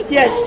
Yes